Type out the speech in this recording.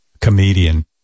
comedian